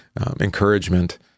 encouragement